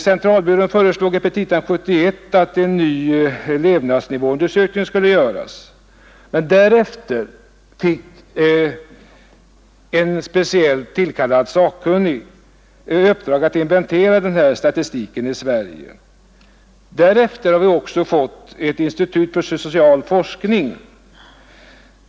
Centralbyrån föreslog i sina petita 1971 att en ny levnadsnivåundersökning skulle göras, men därefter fick en speciellt tillkallad sakkunnig i uppdrag att inventera den här statistiken i Sverige. Därefter har vi också fått ett institut för social forskning.